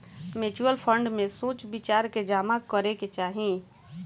mutual fund में सोच विचार के जामा करे के चाही